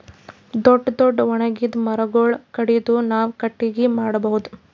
ದೊಡ್ಡ್ ದೊಡ್ಡ್ ಒಣಗಿದ್ ಮರಗೊಳ್ ಕಡದು ನಾವ್ ಕಟ್ಟಗಿ ಮಾಡ್ಕೊಬಹುದ್